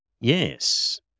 Yes